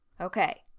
Okay